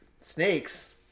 snakes